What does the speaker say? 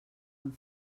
amb